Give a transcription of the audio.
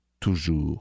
toujours